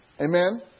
Amen